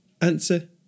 Answer